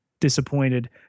disappointed